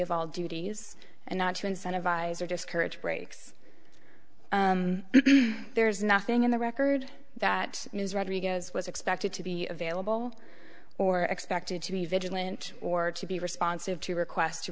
of all duties and not to incentivize or discourage breaks there's nothing in the record that news rodriguez was expected to be available or expected to be vigilant or to be responsive to requests to